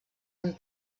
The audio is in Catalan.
amb